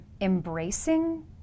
embracing